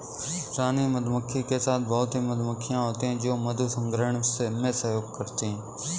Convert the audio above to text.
रानी मधुमक्खी के साथ बहुत ही मधुमक्खियां होती हैं जो मधु संग्रहण में सहयोग करती हैं